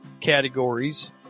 categories